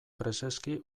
preseski